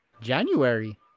January